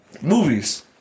movies